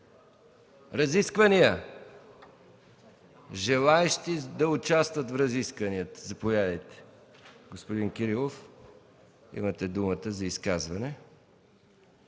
Разисквания? Има ли желаещи да участват в разискванията? Заповядайте, господин Кирилов – имате думата за изказване.